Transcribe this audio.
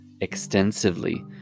extensively